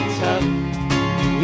tough